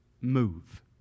move